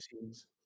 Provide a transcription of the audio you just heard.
scenes